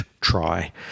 try